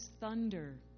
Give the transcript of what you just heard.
thunder